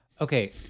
Okay